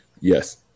Yes